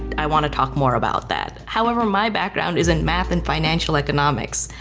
i wanna talk more about that. however, my background is in math and financial economics.